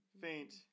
faint